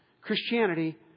Christianity